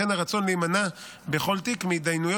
כי הונחה היום על שולחן הכנסת החלטת ועדת הפנים והגנת